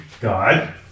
God